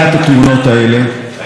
ואם אתם רוצים,